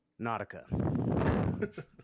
Nautica